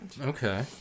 Okay